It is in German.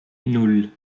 nan